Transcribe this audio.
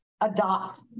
adopt